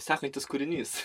sekantis kūrinys